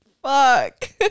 fuck